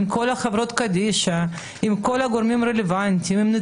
עם כל הגורמים הרלוונטיים: עם חברות הקדישא,